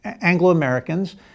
anglo-americans